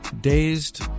Dazed